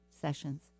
sessions